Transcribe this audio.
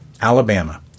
Alabama